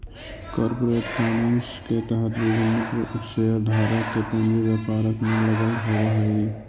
corporate finance के तहत विभिन्न शेयरधारक के पूंजी व्यापार में लगल होवऽ हइ